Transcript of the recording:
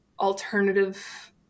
alternative